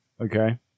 Okay